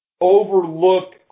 overlook